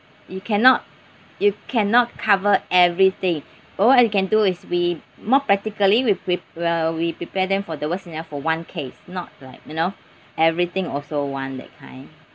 you cannot you cannot cover everything or you can do is we more practically we pr~ uh we prepare them for the worse scenario for one case not like you know everything also want that kind